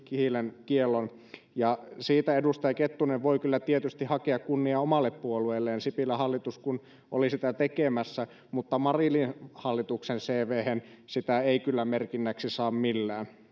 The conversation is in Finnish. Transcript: kivihiilen kiellon ja siitä edustaja kettunen voi kyllä tietysti hakea kunnian omalle puolueelleen sipilän hallitus kun oli sitä tekemässä mutta marinin hallituksen cvhen sitä ei kyllä merkinnäksi saa millään